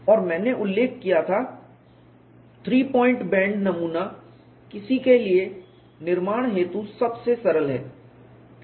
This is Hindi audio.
और मैंने उल्लेख किया था थ्री पॉइंट बेंड नमूना किसी के लिए निर्माण हेतु सबसे सरल है